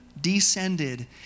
descended